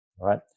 Right